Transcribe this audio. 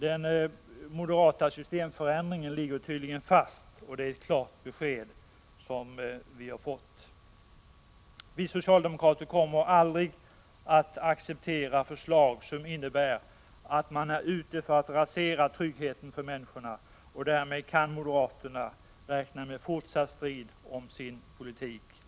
Den moderata systemförändringen ligger tydligen fast. Vi har fått ett klart besked på den punkten. Vi socialdemokrater kommer aldrig att acceptera förslag som innebär att man är ute efter att rasera tryggheten för människorna, och därmed kan moderaterna räkna med fortsatt strid om sin politik.